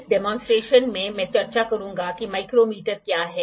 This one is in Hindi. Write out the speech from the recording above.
इस डेमोंसट्रेशन में मैं चर्चा करूँगा कि माइक्रोमीटर क्या है